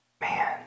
man